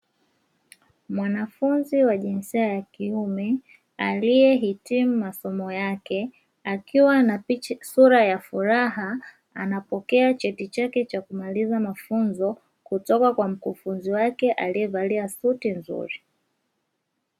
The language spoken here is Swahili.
Mwanafunzi wa jinsia ya kiume aliyehitimu masomo yake, akiwa na sura ya furaha, anapokea cheti chake cha kumaliza mafunzo kutoka kwa mkufunzi wake aliyevalia suti nzuri.